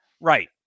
Right